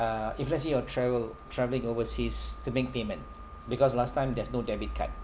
uh if let's say you're travel travelling overseas to make payment because last time there's no debit card